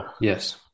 Yes